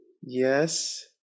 Yes